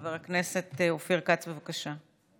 חבר הכנסת אופיר כץ, בבקשה.